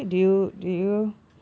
!aiyo!